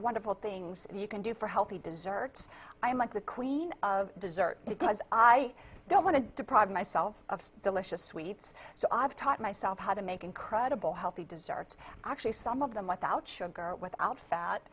wonderful things you can do for healthy desserts i am like the queen of dessert because i don't want to deprive myself of delicious sweets so i've taught myself how to make incredible healthy desserts actually some of them without sugar without fat